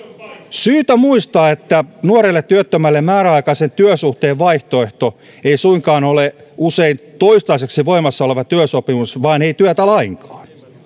syytä muistaa että nuorelle työttömälle määräaikaisen työsuhteen vaihtoehto usein ei suinkaan ole toistaiseksi voimassa oleva työsopimus vaan ei työtä lainkaan